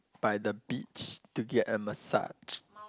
by the beach to get a massage